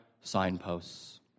signposts